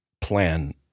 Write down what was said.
plan